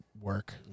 work